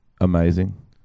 amazing